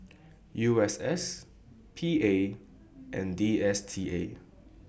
U S S P A and D S T A